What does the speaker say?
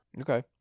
Okay